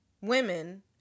women